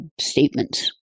statements